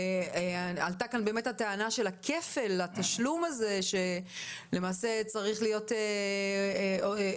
עלתה כאן טענה לגבי כפל התשלום אותו סטודנט